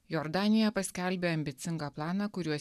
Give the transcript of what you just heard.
jordanija paskelbė ambicingą planą kuriuo